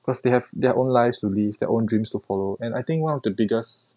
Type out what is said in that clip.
because they have their own lives to live their own dreams to follow and I think one of the biggest